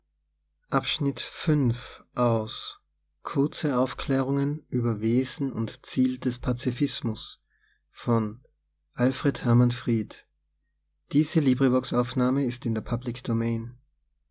kurze aufklärungen über wesen und ziel des pazifismus